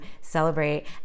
celebrate